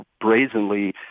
brazenly